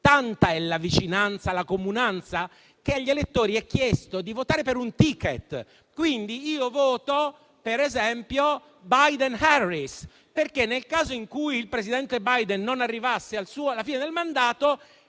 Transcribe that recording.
tanta è la vicinanza e la comunanza, che agli elettori è chiesto di votare per un *ticket*. Quindi io voto, per esempio, Biden-Harris, perché, nel caso in cui il presidente Biden non arrivasse alla fine del mandato,